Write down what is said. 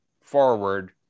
forward